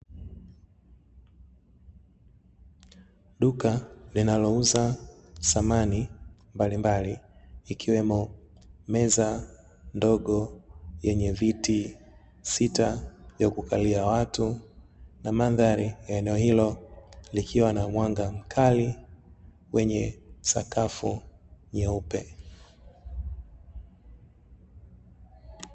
Duka linalouza samani mbalimbali ikiwemo meza ndogo yenye viti sita vya kukalia, watu na mandhari ya eneo hilo likiwa na mwanga mkali wenye sakafu nyeupe.